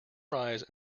rise